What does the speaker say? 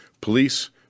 Police